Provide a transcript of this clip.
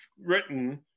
written